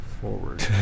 Forward